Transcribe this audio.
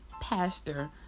pastor